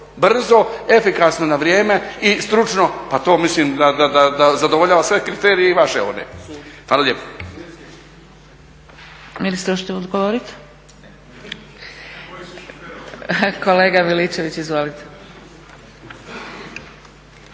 brzo, efikasno na vrijeme i stručno pa to mislim da zadovoljava sve kriterije i vaše one. Hvala lijepo. **Zgrebec, Dragica (SDP)** Ministre hoćete odgovoriti? Kolega Miličević izvolite.